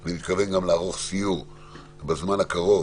אני גם מתכוון בזמן הקרוב